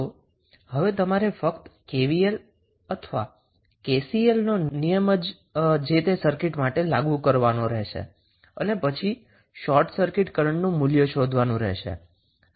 તો હવે તમારે ફક્ત KVL અથવા KCL ના નિયમ જ જે તે સર્કિટ માટે લાગુ કરવાના રહેશે અને પછી શોર્ટ સર્કિટ કરંટનું મૂલ્ય શોઘવાનું રહેશે